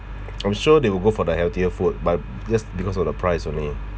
I'm sure they will go for the healthier food but just because of the price only